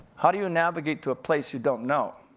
how do you navigate to a place you don't know?